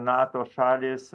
nato šalys